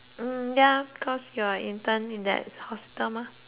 hmm ya cause your intern in that hospital mah